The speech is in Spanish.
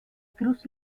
cruz